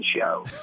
Show